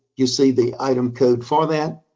you see the item code for that.